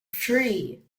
free